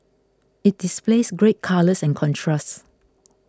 it displays great colours and contrast